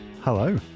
Hello